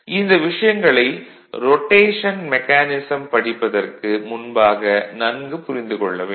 இந்த விஷயங்களை rotation mechanism படிப்பதற்கு முன்பாக நன்கு புரிந்து கொள்ள வேண்டும்